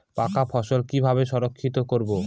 পাকা ফসল কিভাবে সংরক্ষিত করব?